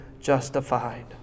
justified